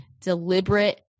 deliberate